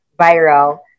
viral